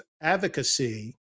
advocacy